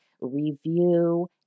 review